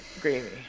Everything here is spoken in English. gravy